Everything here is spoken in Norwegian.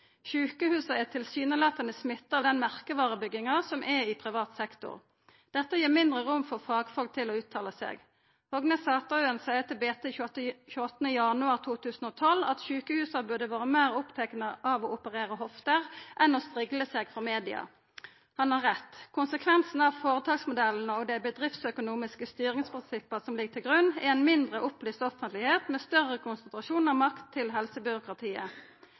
Sjukehusa er tilsynelatande smitta av den merkevarebygginga som er i privat sektor. Dette gir mindre rom for fagfolk til å uttala seg. Hogne Sataøen seier til BT den 28. januar 2012 at sjukehusa burde vore meir opptatt av å operera hofter enn av å strigla seg for media. Han har rett. Konsekvensen av føretaksmodellen og dei bedriftsøkonomiske styringsprinsippa som ligg til grunn, er ei mindre opplyst offentlegheit med større konsentrasjon av makt til helsebyråkratiet.